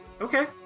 Okay